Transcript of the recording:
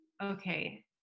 Okay